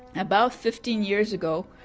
about fifteen years ago,